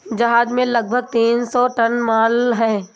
जहाज में लगभग तीन सौ टन माल है